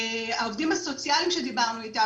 העובדים הסוציאליים שדיברנו איתם,